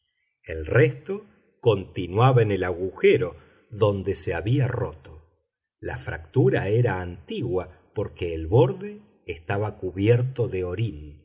el resto continuaba en el agujero donde se había roto la fractura era antigua porque el borde estaba cubierto de orín